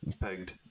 pegged